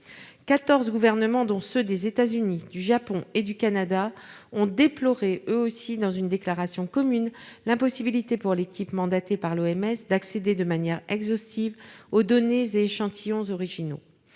gouvernements, dont ceux des États-Unis, du Japon et du Canada, ont déploré, eux aussi, dans une déclaration commune, l'impossibilité pour l'équipe mandatée par l'OMS d'accéder « de manière exhaustive aux données et échantillons originaux